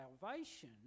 salvation